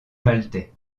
maltais